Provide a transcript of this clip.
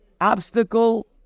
obstacle